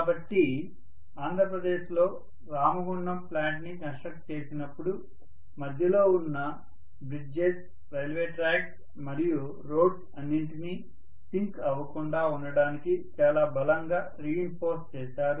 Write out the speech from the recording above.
కాబట్టి ఆంధ్ర ప్రదేశ్ లో రామగుండం ప్లాంట్ ని కన్స్ట్రక్ట్ చేసినప్పుడు మధ్యలో ఉన్న బ్రిడ్జెస్ రైల్వే ట్రాక్స్ మరియు రోడ్స్ అన్నింటినీ సింక్ అవ్వకుండా ఉండడానికి చాలా బలంగా రిఇన్ఫోర్స్ చేశారు